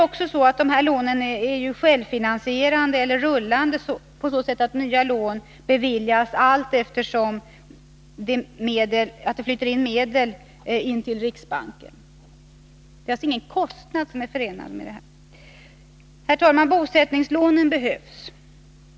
Dessa lån är också självfinansierande eller rullande, på så sätt att nya lån beviljas allteftersom medel flyter in till riksbanken. Lånen är alltså inte förenade med någon kostnad. Herr talman! Bosättningslånen behövs.